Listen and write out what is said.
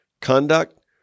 conduct